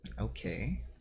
okay